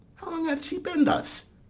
how long hath she been thus?